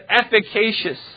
efficacious